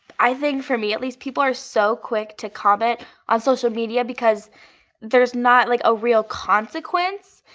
i think for me at least, people are so quick to comment on social media because there's not like a real consequence.